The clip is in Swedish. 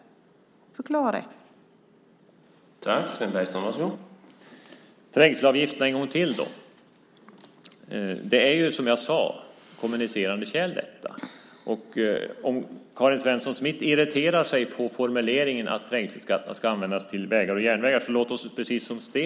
Förklara det!